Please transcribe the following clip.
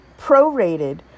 prorated